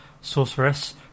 sorceress